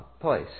place